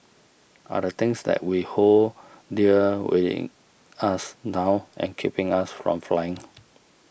are the things that we hold dear weighing us down and keeping us from flying